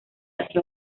así